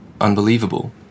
unbelievable